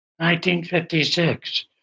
1956